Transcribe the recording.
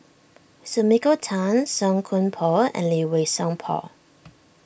Sumiko Tan Song Koon Poh and Lee Wei Song Paul